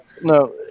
no